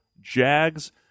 Jags